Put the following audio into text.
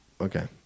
Okay